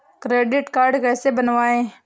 Credit card कैसे बनवाएँ?